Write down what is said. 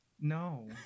No